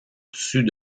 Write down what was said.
dessus